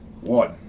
one